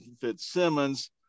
Fitzsimmons